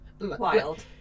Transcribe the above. wild